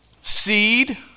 Seed